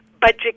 budget